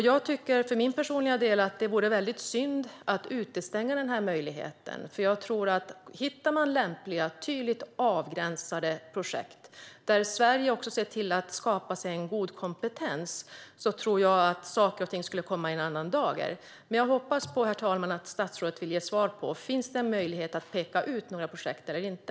Jag tycker för min personliga del att det vore synd att utestänga den här möjligheten. Hittar man lämpliga, tydligt avgränsade projekt där Sverige ser till att skapa god kompetens tror jag att saker och ting skulle komma i en annan dager. Jag hoppas, herr talman, att statsrådet vill ge svar på detta. Finns det möjlighet att peka ut några projekt eller inte?